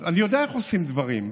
אז אני יודע איך עושים דברים.